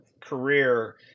career